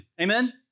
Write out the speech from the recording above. Amen